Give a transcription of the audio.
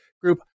group